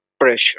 pressure